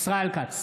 ישראל כץ,